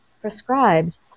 prescribed